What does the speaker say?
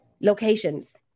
Locations